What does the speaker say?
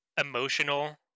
emotional